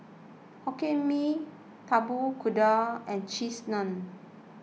Hokkien Mee Tapak Kuda and Cheese Naan